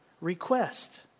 request